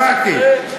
שמעתי.